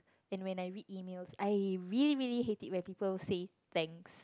and when I read email I really really hate it when people say thanks